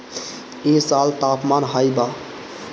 इ साल तापमान हाई बा